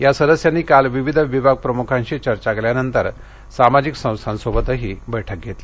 या सदस्यांनी काल विविध विभागप्रमुखांशी चर्चा केल्यानंतर सामाजिक संस्थांची बैठक घेतली